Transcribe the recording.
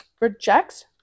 Rejects